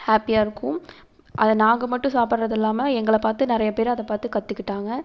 ஹாப்பியாகருக்கும் அதை நாங்கள் மட்டும் சாப்பிடுறது இல்லாமல் எங்களை பார்த்து நிறையா பேரு அதை பார்த்து கற்றுக்கிட்டாங்க